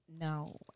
No